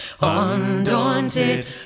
Undaunted